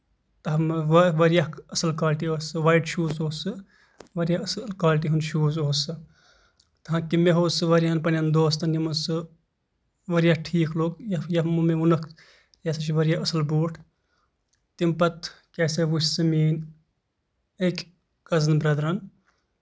تَتھ منٛز واریاہ اَصٕل کالٹی ٲسۍ سُہ وایِٹ شوٗز اوس سُہ واریاہ اَصٕل کالٹی ہُنٛد شوٗز اوس سُہ تاکہِ مےٚ ہوو سُہ واریاہن پَنٕنٮ۪ن دوسن یِمن سُہ واریاہ ٹھیٖک لوٚگ یَتھ مےٚ وونُکھ یہِ ہسا چھُ واریاہ اَصٕل بوٗٹ تَمہِ پَتہٕ کیاہ سا وُچھِ سُہ میٲنۍ أکۍ کَزٕن بریدرن